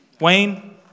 Wayne